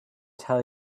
tell